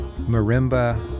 marimba